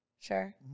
Sure